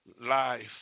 life